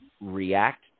react